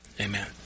Amen